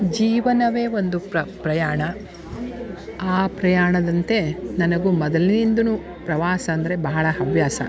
ಜೀವನವೇ ಒಂದು ಪ್ರಯಾಣ ಆ ಪ್ರಯಾಣದಂತೆ ನನಗೂ ಮೊದಲಿನಿಂದನು ಪ್ರವಾಸ ಅಂದರೆ ಬಹಳ ಹವ್ಯಾಸ